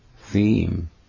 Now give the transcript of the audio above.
theme